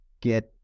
get